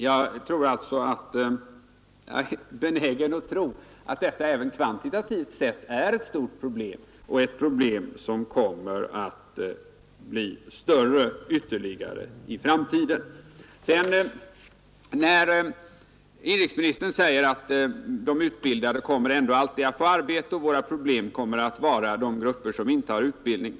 Jag är benägen att tro att detta även kvantitativt sett är ett stort problem och ett problem som kommer att bli ännu större i framtiden. Inrikesministern säger att de utbildade ändå alltid kommer att få arbete och att problemet kommer att vara de grupper som inte har någon utbildning.